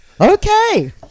okay